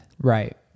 right